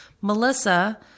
Melissa